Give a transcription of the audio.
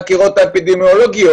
הבריאות לצד החקירה האפידמיולוגית.